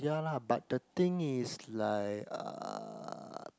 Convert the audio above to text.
ya lah but the thing is like uh